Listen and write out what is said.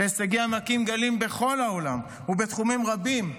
והישגיה מכים גלים בכל העולם בתחומים רבים,